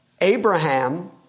Abraham